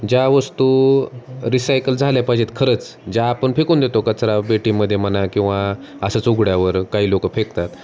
ज्या वस्तू रिसायकल झाल्या पाहिजेत खरंच ज्या आपण फेकून देतो कचरापेटीमध्ये म्हणा किंवा असंच उघड्यावर काही लोक फेकतात